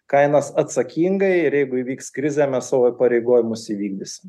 kainas atsakingai ir jeigu įvyks krizė mes savo įpareigojimus įvykdysim